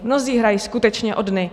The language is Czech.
Mnozí hrají skutečně o dny.